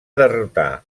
derrotar